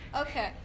Okay